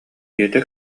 ийэтэ